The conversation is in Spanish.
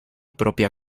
propia